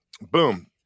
Boom